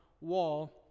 wall